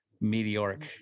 meteoric